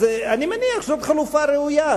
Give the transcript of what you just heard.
אז אני מניח שזו חלופה ראויה,